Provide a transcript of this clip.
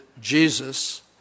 Jesus